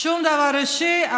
שום דבר אישי.